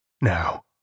Now